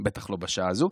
בטח לא בשעה הזו,